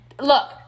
look